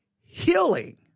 healing